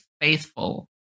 faithful